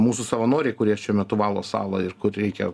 mūsų savanoriai kurie šiuo metu valo salą ir kur reikia